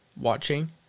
watching